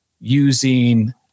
using